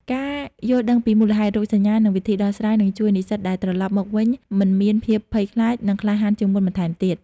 ការយល់ដឹងពីមូលហេតុ រោគសញ្ញា និងវិធីដោះស្រាយនឹងជួយនិស្សិតដែលត្រឡប់មកវិញមិនមានភាពភ័យខ្លាច និងក្លាហានជាងមុនបន្ថែមទៀត។